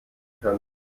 können